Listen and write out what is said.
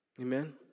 Amen